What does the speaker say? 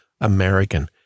American